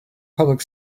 public